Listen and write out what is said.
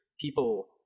people